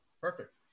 perfect